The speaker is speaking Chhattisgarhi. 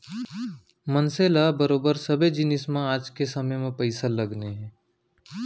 मनसे ल बरोबर सबे जिनिस म आज के समे म पइसा लगने हे